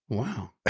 wow. ah